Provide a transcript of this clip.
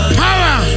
power